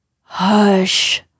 Hush